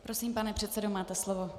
Prosím, pane předsedo, máte slovo.